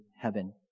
heaven